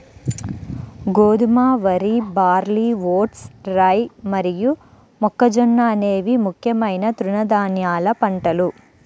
గోధుమ, వరి, barley, oats, rye మరియు మొక్కజొన్న అనేవి ముఖ్యమైన తృణధాన్యాల పంటలు